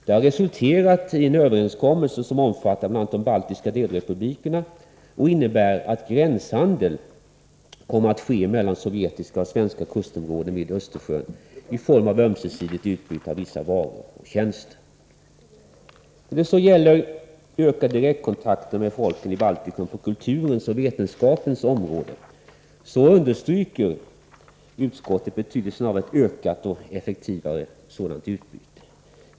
Det har resulterat i en överenskommelse som omfattar bl.a. de baltiska delrepublikerna. Överenskommelsen innebär att gränshandeln kommer att ske mellan sovjetiska och svenska kustområden vid Östersjön i form av ömsesidigt utbyte av vissa varor och tjänster. När det så gäller ökade direktkontakter med folken i Baltikum på kulturens och vetenskapens område understryker utskottet betydelsen av ett ökat och effektivare sådant utbyte.